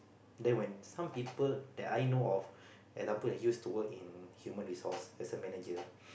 then when some people that I know of example used to work in human resource as a manager